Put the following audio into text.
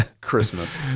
Christmas